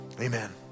amen